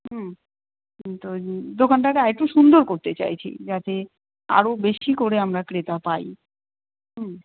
হুম তো দোকানটা আরেকটু সুন্দর করতে চাইছি যাতে আরও বেশি করে আমরা ক্রেতা পাই হুম